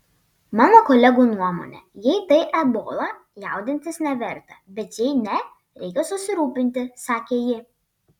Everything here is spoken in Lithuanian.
mano kolegų nuomone jei tai ebola jaudintis neverta bet jei ne reikia susirūpinti sakė ji